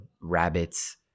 rabbits